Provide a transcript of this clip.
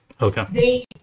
Okay